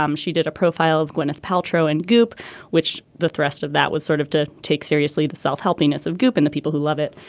um she did a profile of gwyneth paltrow and goop which the thrust of that was sort of to take seriously the self-help meanness of goop in the people who love it.